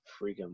freaking